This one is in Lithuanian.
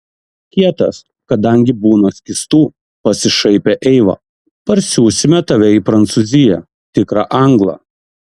kietas kadangi būna skystų pasišaipė eiva parsiųsime tave į prancūziją tikrą anglą